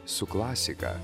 su klasika